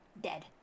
dead